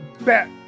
bet